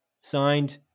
Signed